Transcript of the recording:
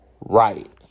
right